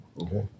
okay